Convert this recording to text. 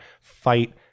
fight